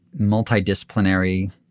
multidisciplinary